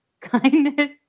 kindness